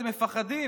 אתם מפחדים.